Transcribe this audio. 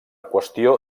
qüestió